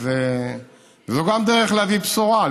זאת גם דרך להביא בשורה,